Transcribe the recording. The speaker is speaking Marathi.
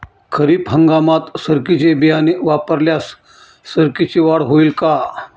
खरीप हंगामात सरकीचे बियाणे वापरल्यास सरकीची वाढ होईल का?